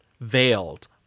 veiled